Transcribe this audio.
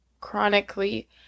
chronically